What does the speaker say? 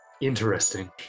interesting